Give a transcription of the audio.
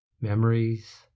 memories